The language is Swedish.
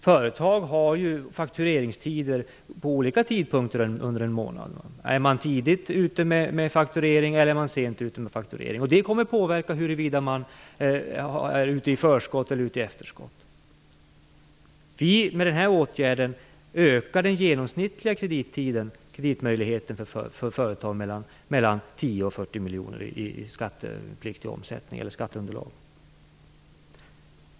Företag har ju fakturering vid olika tidpunkter under en månad. Man kan vara tidigt eller sent ute med faktureringen. Detta kommer att påverka huruvida man får lägga ut i förskott eller i efterskott. Med denna åtgärd ökar vi den genomsnittliga kredittiden för företag med 10-40 miljoner i skattepliktig omsättning, eller skatteunderlag.